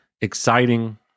exciting